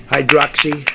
Hydroxy